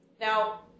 Now